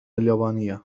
اليابانية